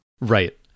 Right